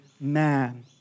man